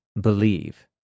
believe